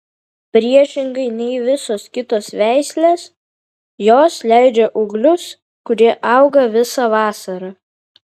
priešingai nei visos kitos veislės jos leidžia ūglius kurie auga visą vasarą